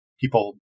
people